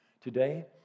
Today